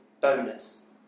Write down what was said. bonus